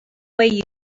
way